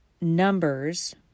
Numbers